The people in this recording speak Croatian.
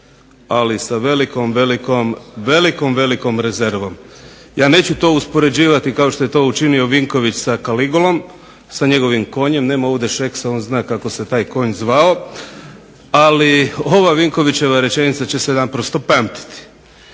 ali sa velikom, velikom, velikom rezervom. Ja neću to uspoređivati kao što je to učinio Vinković sa Kaligulom, sa njegovim konjem. Nema ovdje Šeksa. On zna kako se taj konj zvao. Ali ova Vinkovićeva rečenica će se naprosto pamtiti.